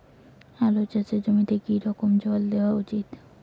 আলু চাষের জমিতে কি রকম জল দেওয়া উচিৎ?